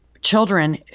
Children